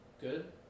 good